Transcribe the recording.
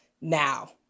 now